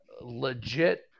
Legit